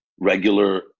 regular